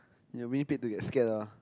you're being paid to get scared ah